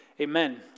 Amen